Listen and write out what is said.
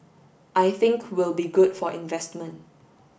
I think will be good for investment